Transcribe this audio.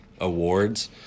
awards